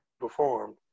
performed